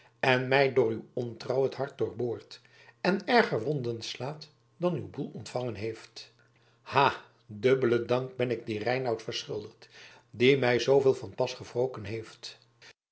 en mij door uw ontrouw het hart doorboort en erger wonden slaat dan uw boel ontvangen heeft ha dubbelen dank ben ik dien reinout verschuldigd die mij zoowel van pas gewroken heeft